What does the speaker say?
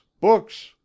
BOOKS